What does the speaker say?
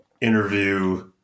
interview